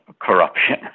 corruption